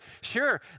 Sure